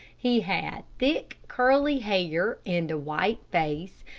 he had thick curly hair and a white face,